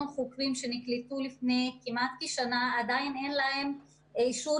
חוקרים שנקלטו לפני כמעט ששנה ועדיין אין להם אישור